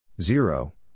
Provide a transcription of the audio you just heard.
zero